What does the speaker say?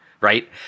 right